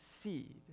seed